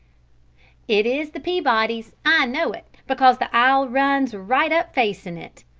it is the peabodys', i know it, because the aisle runs right up facin' it.